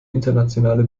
internationale